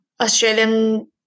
Australian